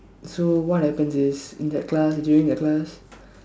so what happen is in that class during that class